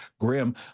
grim